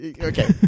okay